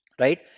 Right